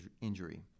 injury